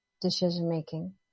decision-making